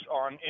on